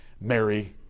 Mary